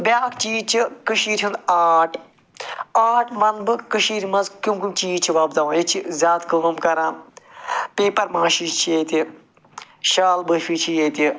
بیاکھ چیٖز چھِ کٔشیٖرِ ہُنٛد آرٹ آرٹ وَنہٕ بہٕ کٔشیٖرِ منٛز کٔم کٔم چیٖز چھِ وَپداوان ییٚتہِ چھِ زیادٕ کٲم کران پٮ۪پَر مٲشی چھِ ییٚتہِ شال بٲفی چھِ ییٚتہِ